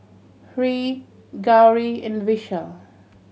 Hri Gauri and Vishal